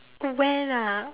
when ah